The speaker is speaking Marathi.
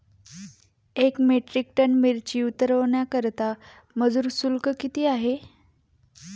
एक मेट्रिक टन मिरची उतरवण्याकरता मजुर शुल्क किती आहे?